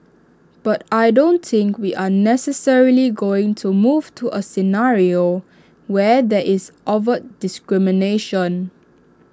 but I don't think we are necessarily going to move to A scenario where there is overt discrimination